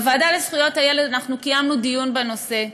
בוועדה לזכויות הילד קיימנו דיון בנושא,